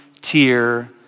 tear